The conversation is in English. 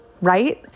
right